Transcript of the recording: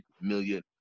million